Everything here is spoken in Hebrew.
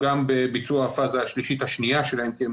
גם בביצוע הפאזה השלישית השנייה שלהם, כי הם